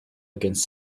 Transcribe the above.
against